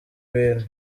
bintu